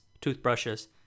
toothbrushes